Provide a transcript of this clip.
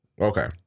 Okay